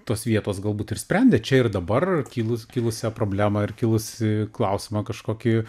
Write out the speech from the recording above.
tos vietos galbūt ir sprendė čia ir dabar kilus kilusią problemą ir kilusį klausimą kažkokį